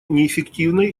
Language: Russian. неэффективной